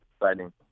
exciting